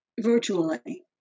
virtually